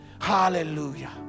Hallelujah